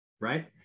right